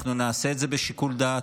אנחנו נעשה את זה בשיקול דעת,